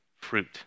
fruit